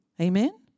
Amen